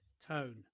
tone